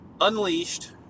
unleashed